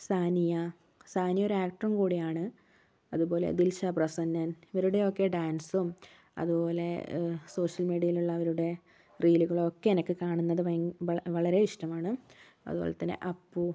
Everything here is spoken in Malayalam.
സാനിയ സാനിയ ഒരു ആക്ടറും കൂടിയാണ് അതുപോലെ ദിൽഷ പ്രസന്നൻ ഇവരുടെയൊക്കെ ഡാൻസും അതുപോലെ സോഷ്യൽ മീഡിയയിൽ ഉള്ളവരുടെ റീലുകളൊക്കെ എനിക്ക് കാണുന്നത് വളരെ ഇഷ്ടമാണ് അതുപോലെത്തന്നെ അപ്പു